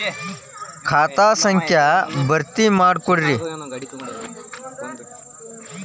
ಖಾತಾ ಸಂಖ್ಯಾ ಭರ್ತಿ ಮಾಡಿಕೊಡ್ರಿ